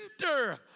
center